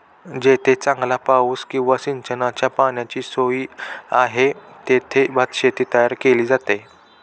जेथे चांगला पाऊस किंवा सिंचनाच्या पाण्याची सोय आहे, तेथे भातशेती तयार केली जाते